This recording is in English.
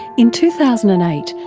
in two thousand and eight,